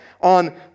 on